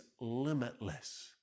limitless